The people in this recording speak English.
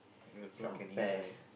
the pluck can eat right